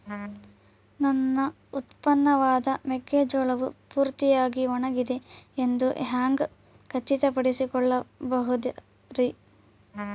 ನನ್ನ ಉತ್ಪನ್ನವಾದ ಮೆಕ್ಕೆಜೋಳವು ಪೂರ್ತಿಯಾಗಿ ಒಣಗಿದೆ ಎಂದು ಹ್ಯಾಂಗ ಖಚಿತ ಪಡಿಸಿಕೊಳ್ಳಬಹುದರೇ?